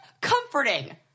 comforting